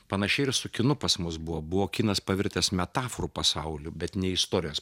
panašiai ir su kinu pas mus buvo buvo kinas pavirtęs metaforų pasauliu bet ne istorijos